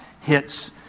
hits